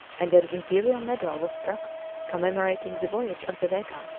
and an imperial medal was struck commemorating the voyage of the vega,